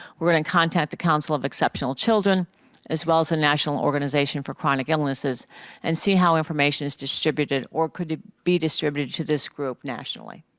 we're going to and contact the council of exceptional children as well as the national organization for chronic illnesses and see how information is distributed or could be distributed to this group nationally.